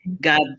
God